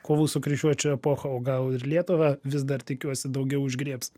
kovų su kryžiuočių epochą o gal ir lietuvą vis dar tikiuosi daugiau užgrėbs